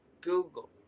Google